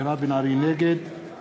נגד אלי בן-דהן, נגד יואב בן צור,